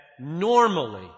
normally